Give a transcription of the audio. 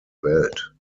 welt